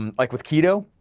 um like with keto,